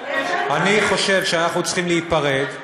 אני חושב שאנחנו צריכים להיפרד,